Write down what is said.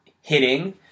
hitting